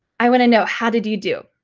i want to know how did you do?